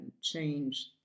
change